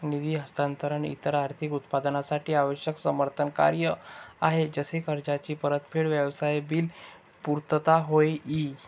निधी हस्तांतरण इतर आर्थिक उत्पादनांसाठी आवश्यक समर्थन कार्य आहे जसे कर्जाची परतफेड, व्यवसाय बिल पुर्तता होय ई